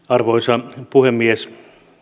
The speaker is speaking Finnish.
arvoisa puhemies